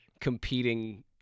competing